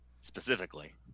Specifically